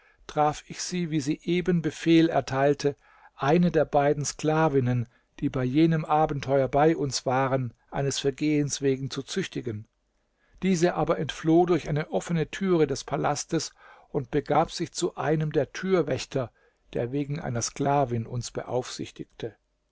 traf ich sie wie sie eben befehl erteilte eine der beiden sklavinnen die bei jenem abenteuer bei uns waren eines vergehens wegen zu züchtigen diese aber entfloh durch eine offene türe des palastes und begab sich zu einem der türwächter der wegen einer sklavin uns beaufsichtigte